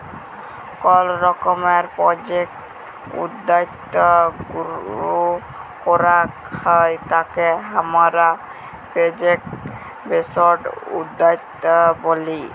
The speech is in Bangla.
কল রকমের প্রজেক্ট উদ্যক্তা শুরু করাক হ্যয় তাকে হামরা প্রজেক্ট বেসড উদ্যক্তা ব্যলি